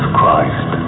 Christ